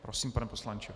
Prosím, pane poslanče.